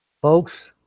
Folks